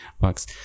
works